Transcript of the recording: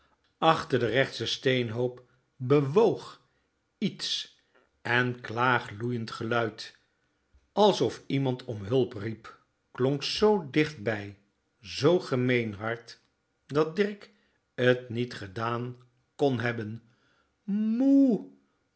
achter den rechtschen steenhoop b e w o o g iets en klaag loeiend geluid alsof iemand om hulp riep klonk z dichtbij z gemeenhard dat dirk t niet gedaan kon hebben